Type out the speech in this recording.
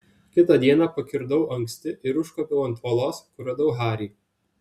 kitą dieną pakirdau anksti ir užkopiau ant uolos kur radau harį